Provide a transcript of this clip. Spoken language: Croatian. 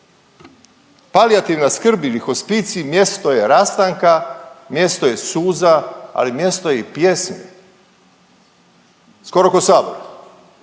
Palijativna skrb ili hospicij mjesto je rastanka, mjesto je suza, ali mjesto je i pjesme skoro ko Sabor,